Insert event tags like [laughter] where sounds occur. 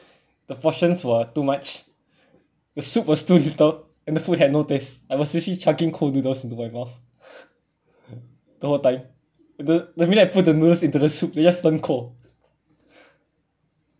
the portions were too much the soup was too little and the food had no taste I was basically chugging cold noodles into my mouth [breath] the whole time the the minute I put the noodles into the soup it just turn cold [laughs]